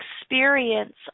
experience